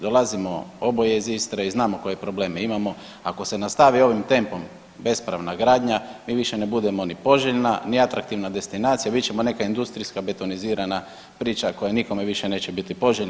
Dolazimo oboje iz Istre i znamo koje probleme imamo, ako se nastavi ovim tempom bespravna gradnja mi više ne budemo ni poželjna, ni atraktivna destinacija, bit ćemo neka industrijska betonizirana priča koja nikome više neće biti poželjna.